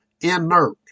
inert